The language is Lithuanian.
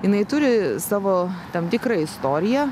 jinai turi savo tam tikrą istoriją